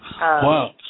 Wow